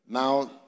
now